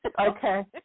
Okay